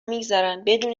میگذرن، بدون